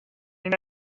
seen